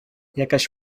jakaś